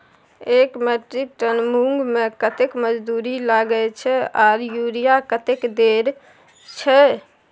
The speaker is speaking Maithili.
एक मेट्रिक टन मूंग में कतेक मजदूरी लागे छै आर यूरिया कतेक देर छै?